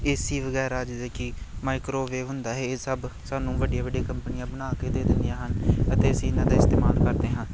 ਏ C ਵਗੈਰਾ ਜਿੱਦਾਂ ਕਿ ਮਾਈਕਰੋਵੇਵ ਹੁੰਦਾ ਹੈ ਇਹ ਸਭ ਸਾਨੂੰ ਵੱਡੀਆਂ ਵੱਡੀਆਂ ਕੰਪਨੀਆਂ ਬਣਾ ਕੇ ਦੇ ਦਿੰਦੀਆਂ ਹਨ ਅਤੇ ਅਸੀਂ ਇਹਨਾਂ ਦਾ ਇਸਤੇਮਾਲ ਕਰਦੇ ਹਾਂ